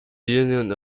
union